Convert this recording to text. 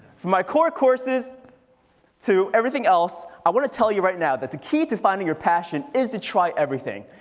for my core courses to everything else i want to tell you right now. that the key to finding your passion is to try everything.